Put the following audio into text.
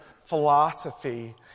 philosophy